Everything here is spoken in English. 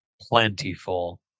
plentiful